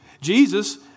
Jesus